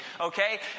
Okay